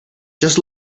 just